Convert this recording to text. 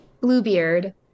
Bluebeard